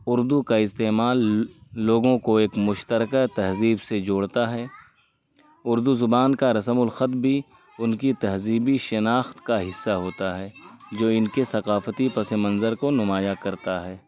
اردو کا استعمال لوگوں کو ایک مشترکہ تہذیب سے جوڑتا ہے اردو زبان کا رسم الخط بھی ان کی تہذیبی شناخت کا حصہ ہوتا ہے جو ان کے ثقافتی پس منظر کو نمایاں کرتا ہے